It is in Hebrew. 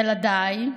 ילדיי,